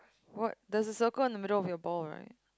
what there's a circle on the middle of your ball right